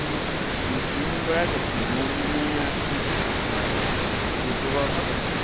মই যতীন বৰাই কৈছিলোঁ মই মানে মই ডিব্ৰুগড়ৰ পৰা কৈছিলোঁ